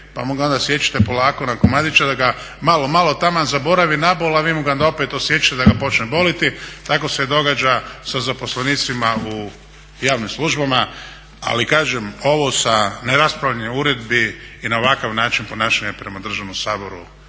pa mu ga onda siječete polako na komadiće da ga malo, malo taman zaboravi na bol, a vi mu ga onda opet odsiječete da ga počne boljeti, tako se događa sa zaposlenicima u javnim službama. Ali kažem ovo sa ne raspravljanjem o uredbi i na ovakav način ponašanja prema Hrvatskom saboru